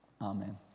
Amen